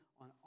on